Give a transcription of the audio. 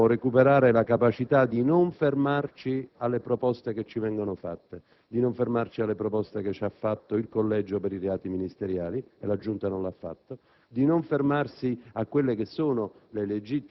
Per il resto, è evidente che dobbiamo recuperare la capacità di non fermarci alle proposte che ci vengono fatte, a quelle che ci ha fatto il Collegio per i reati ministeriali - e la Giunta non l'ha fatto